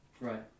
Right